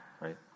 right